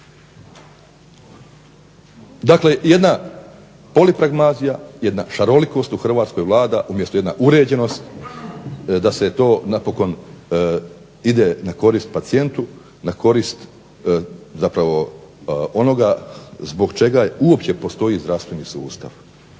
Dakle jedna polipragmazija, jedna šarolikost u Hrvatskoj vlada umjesto jedna uređenost, da se to napokon ide na korist pacijentu, na korist zapravo onoga zbog čega uopće postoji zdravstveni sustav.